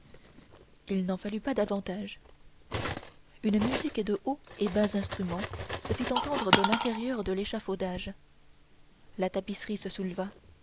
il n'en fallut pas davantage une musique de hauts et bas instruments se fit entendre de l'intérieur de l'échafaudage la tapisserie se souleva